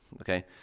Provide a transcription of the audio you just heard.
okay